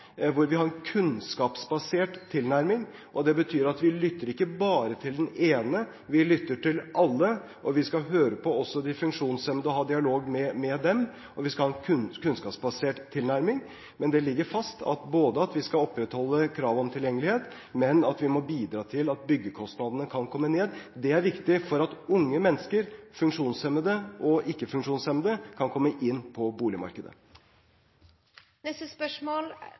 hvor vi har en kunnskapsbasert tilnærming. Det betyr at vi lytter ikke bare til den ene; vi lytter til alle. Vi skal høre på også de funksjonshemmede og ha dialog med dem, og vi skal ha en kunnskapsbasert tilnærming. Det ligger fast at vi skal opprettholde kravet om tilgjengelighet, men vi må bidra til at byggekostnadene kan reduseres. Det er viktig for at unge mennesker, funksjonshemmede og ikke-funksjonshemmede, kan komme inn på